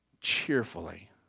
cheerfully